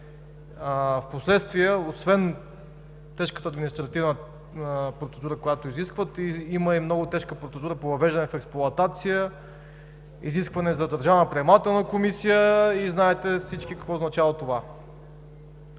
Впоследствие освен тежката административна процедура, която изискват, има и много тежка процедура по въвеждането в експлоатация, изискване за държавна приемателна комисия – знаете всички какво означава това.